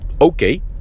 okay